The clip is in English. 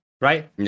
right